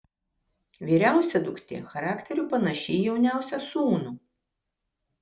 vyriausia duktė charakteriu panaši į jauniausią sūnų